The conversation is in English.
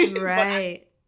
Right